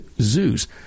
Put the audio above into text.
zoos